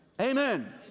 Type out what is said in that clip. Amen